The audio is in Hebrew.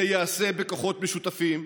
זה ייעשה בכוחות משותפים,